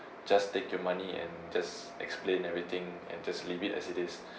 just take your money and just explain everything and just leave it as it is